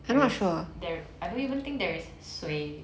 there's there I don't even think there's 水